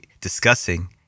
discussing